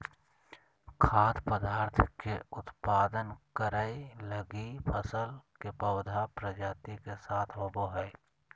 खाद्य पदार्थ के उत्पादन करैय लगी फसल के पौधा प्रजाति के साथ होबो हइ